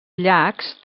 llacs